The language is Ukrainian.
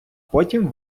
потім